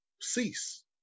cease